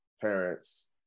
parents